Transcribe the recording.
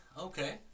Okay